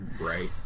Right